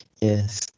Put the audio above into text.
Yes